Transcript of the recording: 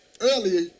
earlier